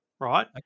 right